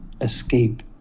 escape